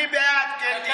אני בעד, קטי.